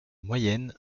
moyenne